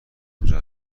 اونجا